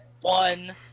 One